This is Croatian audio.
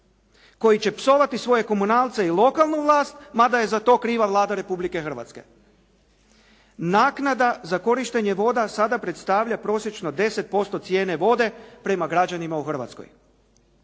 koji će psovati svoje komunalce i lokalnu vlast mada je za to kriva Vlada Republike Hrvatske. Naknada za korištenje voda sada predstavlja prosječno 10% cijene vode prema građanima u Hrvatskoj.